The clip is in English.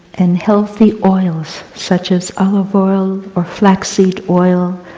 and healthy oils, such as olive oil or flax seed oil,